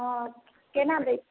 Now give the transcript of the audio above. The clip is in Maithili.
हँ केना दै